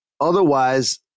Otherwise